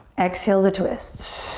exhale to twist.